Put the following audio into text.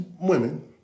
women